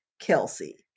Kelsey